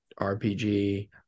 RPG